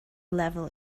level